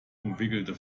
umwickelte